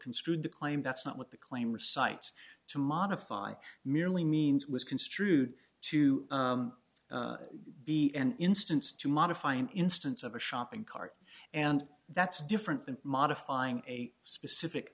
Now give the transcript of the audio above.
construed the claim that's not what the claim or cites to modify merely means was construed to be an instance to modify an instance of a shopping cart and that's different than modifying a specific